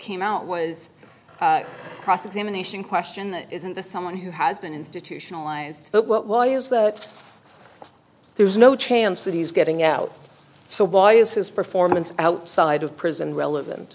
came out was cross examination question isn't the someone who has been institutionalized but why is that there's no chance that he's getting out so why is his performance outside of prison relevant